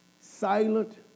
silent